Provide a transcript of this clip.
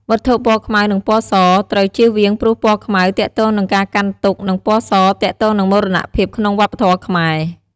វត្ថុពណ៌ខ្មៅនិងពណ៌ស ត្រូវចៀសវាងព្រោះពណ៌ខ្មៅទាក់ទងនឹងការកាន់ទុក្ខ និងពណ៌សទាក់ទងនឹងមរណភាពក្នុងវប្បធម៌ខ្មែរ។